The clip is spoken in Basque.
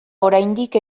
oraindik